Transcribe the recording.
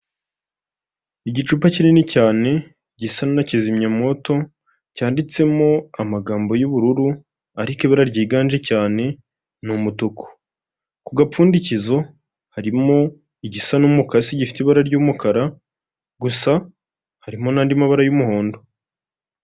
Igicupa kinini cyane gisa na kizimyamoto, cyanditsemo amagambo y'ubururu, ariko ibara ryiganje cyane ni umutuku. Ku gapfundikizo harimo igisa n'umukasi gifite ibara ry'umukara, gusa harimo n'andi mabara y'umuhondo.